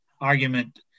argument